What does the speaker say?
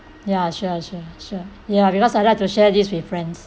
ya sure sure sure ya because I'd like to share this with friends